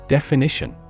Definition